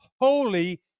holy